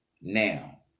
now